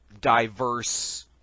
diverse